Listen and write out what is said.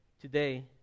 today